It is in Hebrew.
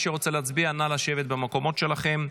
מי שרוצה להצביע, נא לשבת במקומות שלכם.